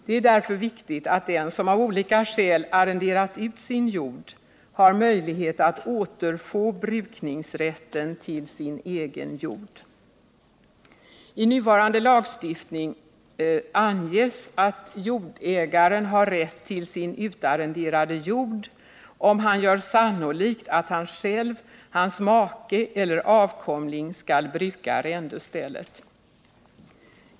Det är därför viktigt att den som av olika skäl arrenderat ut sin jord har möjlighet att återfå brukningsrätten till sin egen jord. I nuvarande lagstiftning anges att jordägaren har rätt till sin utarrenderade jord om han gör sannolikt att han själv, hans make eller avkomling skall bruka arrendestället.